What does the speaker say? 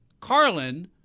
carlin